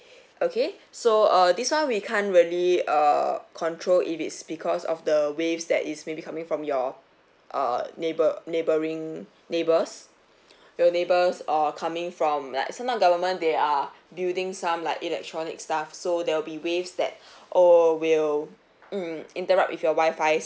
okay so err this [one] we can't really err control if it's because of the waves that is maybe coming from your uh neighbour neighboring neighbours your neighbours or coming from like sometime government they are building some like electronic stuff so there'll be waves that or will mm interrupt with your wifi